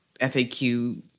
FAQ